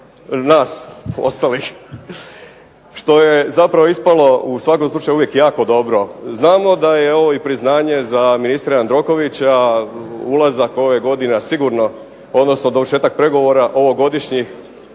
nas ostalih, što je zapravo ispalo u svakom slučaju uvijek jako dobro. Znamo da je ovo i priznanje za ministra Jandrokovića, ulazak ove godine, a sigurno, odnosno dovršetak pregovora ovogodišnjih,